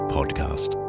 Podcast